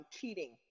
cheating